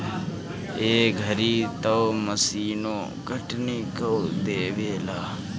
ए घरी तअ मशीनो कटनी कअ देवेला